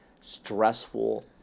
stressful